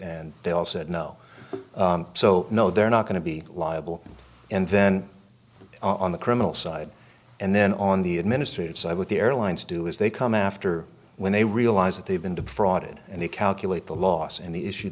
and they all said no so no they're not going to be liable and then on the criminal side and then on the administrative side with the airlines do if they come after when they realize that they've been brought in and they calculate the loss and the issue